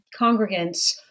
congregants